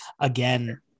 again